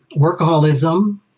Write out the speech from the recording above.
Workaholism